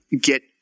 get